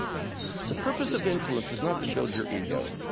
the purpose of influence is not to build your ego.